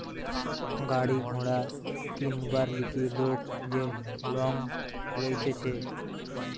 গাড়ি ঘোড়া কিনবার লিগে লোক যে লং লইতেছে